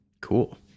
Cool